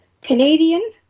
Canadian